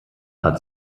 hat